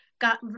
got